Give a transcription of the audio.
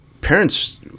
parents